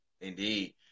Indeed